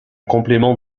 complément